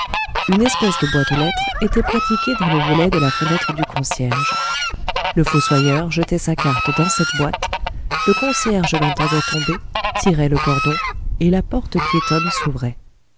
une espèce de boîte aux lettres était pratiquée dans le volet de la fenêtre du concierge le fossoyeur jetait sa carte dans cette boîte le concierge l'entendait tomber tirait le cordon et la porte piétonne s'ouvrait